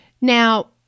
Now